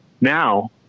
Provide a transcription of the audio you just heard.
now